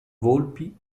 volpi